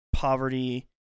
Poverty